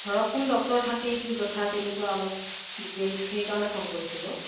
ধৰক কোন ডক্টৰ থাকে কি কথা তেনেকুৱা অলপ ডিটেইলছ সেইকাৰণে ফোন কৰিছিলোঁ